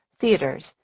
theaters